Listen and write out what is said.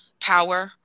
power